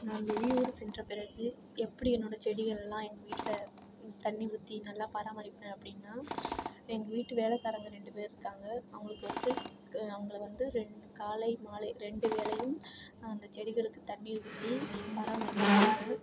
நான் வெளியூர் சென்ற பிறகு எப்படி என்னோடய செடிகளெல்லாம் எங்கள் வீட்டில் தண்ணி ஊற்றி நல்லா பராமரிப்பேன் அப்படினா எங்கள் வீட்டு வேலைக்காரவங்க ரெண்டு பேர் இருக்காங்கள் அவங்களுக்கு வந்து அவங்கள வந்து ரெண் காலை மாலை ரெண்டு வேளையும் அந்த செடிகளுக்கு தண்ணி ஊற்றி பராமரிக்க சொல்லுவேன்